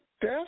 death